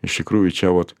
iš tikrųjų čia vot